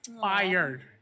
Fired